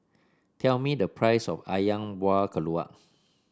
tell me the price of ayam Buah Keluak